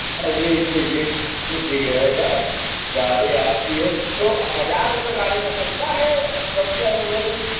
जी जी जी जी ठीक रहेगा गाड़ी आपकी है तो हजार रुपये गाड़ी का चलता है बस का